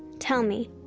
tell me,